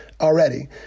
already